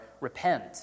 repent